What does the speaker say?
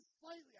slightly